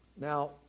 Now